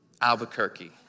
Albuquerque